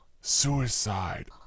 Suicide